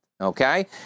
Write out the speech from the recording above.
Okay